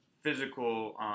physical